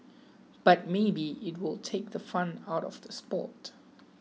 but maybe it will take the fun out of the sport